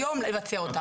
היום לבצע אותה.